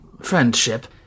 friendship